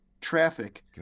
traffic